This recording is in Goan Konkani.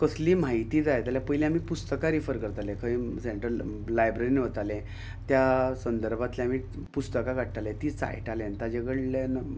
कसली म्हायती जाय जाल्यार पयलीं आमी पुस्तकां रिफर करताले खंय सँट्रल लायब्ररीन वताले त्या संदर्भातले आमी पुस्तकां काडटाले ती चाळटाले आनी ताजे कडल्यान